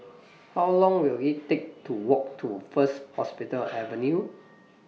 How Long Will IT Take to Walk to First Hospital Avenue